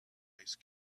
ice